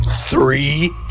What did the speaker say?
three